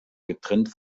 getrennt